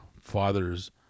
fathers